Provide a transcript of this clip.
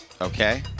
Okay